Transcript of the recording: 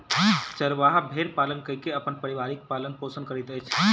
चरवाहा भेड़ पालन कय के अपन परिवारक पालन पोषण करैत अछि